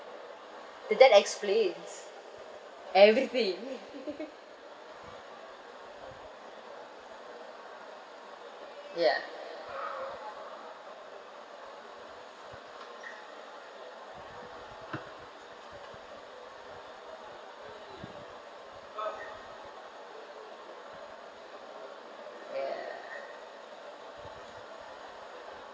so that explains everything ya ya